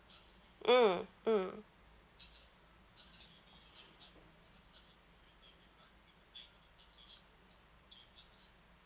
mm mm